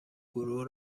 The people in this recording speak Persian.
گروه